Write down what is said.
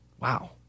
Wow